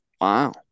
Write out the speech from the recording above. Wow